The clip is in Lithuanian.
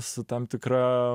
su tam tikra